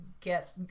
get